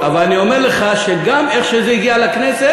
אבל אני אומר לך שגם איך שזה הגיע לכנסת,